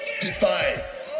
defy